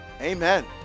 amen